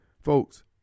folks